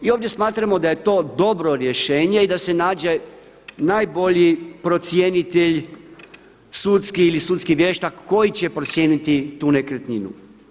Mi ovdje smatramo da je to dobro rješenje i da se nađe najbolji procjenitelj sudski ili sudski vještak koji će procijeniti tu nekretninu.